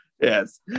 Yes